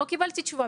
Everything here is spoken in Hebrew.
לא קיבלתי תשובה,